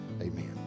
amen